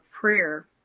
prayer